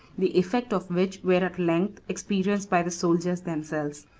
the effects of which were at length experienced by the soldiers themselves